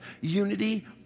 unity